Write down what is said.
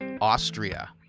Austria